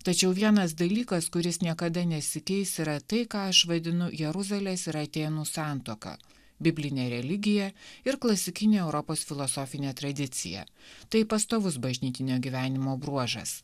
tačiau vienas dalykas kuris niekada nesikeis yra tai ką aš vaidinu jeruzalės ir atėnų santuoka biblinė religija ir klasikinė europos filosofinė tradicija tai pastovus bažnytinio gyvenimo bruožas